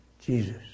Jesus